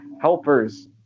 helpers